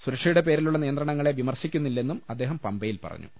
സുരക്ഷയുടെ പേരിലുള്ള നിയന്ത്രണങ്ങളെ വിമർശിക്കുന്നില്ലെന്നും അദ്ദേഹം പമ്പയിൽ പറഞ്ഞു